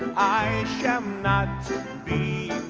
i shall not be